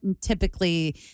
typically